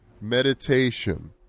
meditation